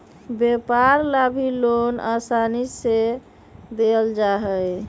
व्यापार ला भी लोन आसानी से देयल जा हई